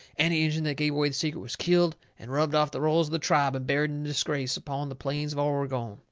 any injun that give away the secret was killed and rubbed off the rolls of the tribe and buried in disgrace upon the plains of oregon.